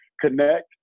connect